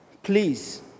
Please